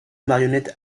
marionnettes